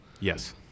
Yes